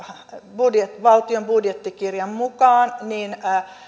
vuodessa valtion budjettikirjan mukaan ja